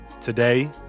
Today